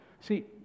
See